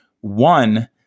One